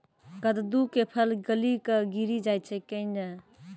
कददु के फल गली कऽ गिरी जाय छै कैने?